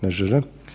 Ne žele.